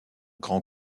grand